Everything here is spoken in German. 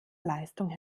leistung